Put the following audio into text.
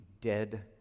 dead